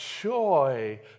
joy